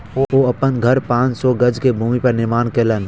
ओ अपन घर पांच सौ गज के भूमि पर निर्माण केलैन